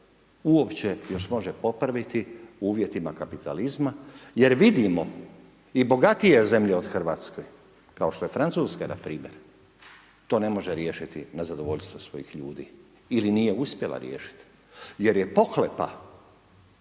uopće još može popraviti u uvjetima kapitalizma jer vidimo i bogatije zemlje od Hrvatske, kao što je Francuska npr. to ne može riješiti na zadovoljstvo svojih ljudi ili nije uspjela riješiti jer je pohlepa